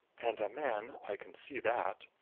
and a man i can see that,